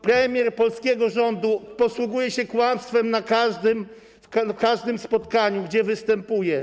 Premier polskiego rządu posługuje się kłamstwem na każdym spotkaniu, gdzie występuje.